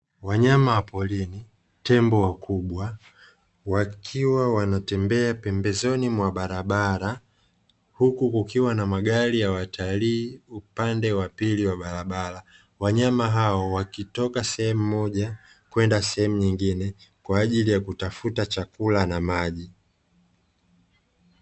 Wanyama wa porini tembo wakubwa, wakiwa wanatembea pembezoni mwa barabara huku kukiwa na magari ya watalii upande wa pili wa barabara, wanyama hao wakitoka sehemu moja kwenda sehemu nyingine kwa ajili ya kutafuta chakula na maji.